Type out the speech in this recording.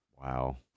wow